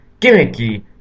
gimmicky